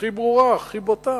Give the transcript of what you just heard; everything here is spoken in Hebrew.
הכי ברורה, הכי בוטה?